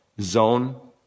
Zone